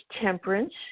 temperance